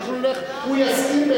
הוא יסכים,